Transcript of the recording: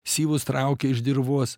syvus traukia iš dirvos